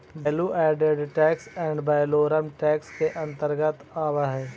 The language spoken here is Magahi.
value added tax ad valorem tax के अंतर्गत आवऽ हई